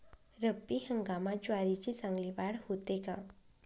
रब्बी हंगामात ज्वारीची चांगली वाढ होते का?